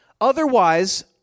otherwise